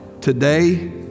Today